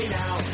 now